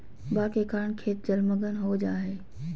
बाढ़ के कारण खेत जलमग्न हो जा हइ